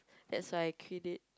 that's why I quit it